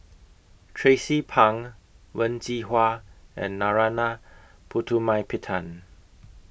Tracie Pang Wen Jinhua and Narana Putumaippittan